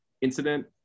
incident